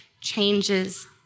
changes